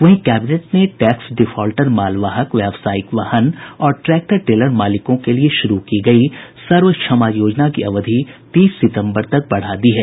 वहीं कैबिनेट ने tax defaulter मालवाहक व्यावसायिक वाहन और ट्रैक्टर टेलर मालिकों के लिए शुरू की गयी सर्व क्षमा योजना की अवधि तीस सितम्बर तक बढ़ा दी है